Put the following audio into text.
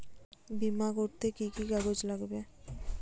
বিমা করতে কি কি কাগজ লাগবে?